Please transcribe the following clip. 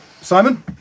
Simon